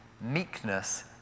meekness